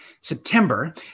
September